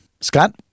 Scott